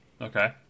Okay